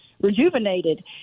rejuvenated